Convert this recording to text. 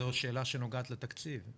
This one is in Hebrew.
זו שאלה שנוגעת לתקציב.